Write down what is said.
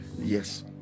yes